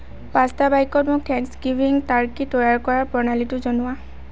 পাঁচটা বাক্যত মোক থেংকছগিভিং টাৰ্কি তৈয়াৰ কৰাৰ প্ৰণালীটো জনোৱা